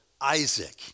Isaac